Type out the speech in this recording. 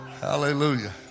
hallelujah